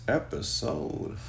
episode